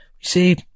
See